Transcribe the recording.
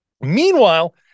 Meanwhile